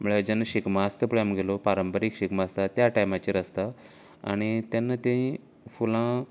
म्हळ्यार जेन्ना शिगमो आसता पळय आमगेलो पारंपारीक आसा त्या टायमाचेर आसता आनी तेन्ना ती फुलां